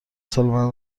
سالمندان